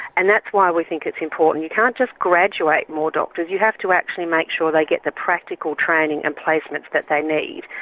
and that's why we think it's important you can't just graduate more doctors you have to actually make sure they get the practical training and placements that they need.